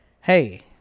hey